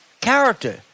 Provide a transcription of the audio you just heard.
character